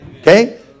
Okay